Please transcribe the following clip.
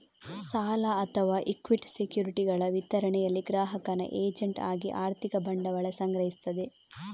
ಸಾಲ ಅಥವಾ ಇಕ್ವಿಟಿ ಸೆಕ್ಯುರಿಟಿಗಳ ವಿತರಣೆಯಲ್ಲಿ ಗ್ರಾಹಕನ ಏಜೆಂಟ್ ಆಗಿ ಆರ್ಥಿಕ ಬಂಡವಾಳ ಸಂಗ್ರಹಿಸ್ತದೆ